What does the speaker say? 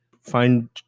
find